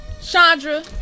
Chandra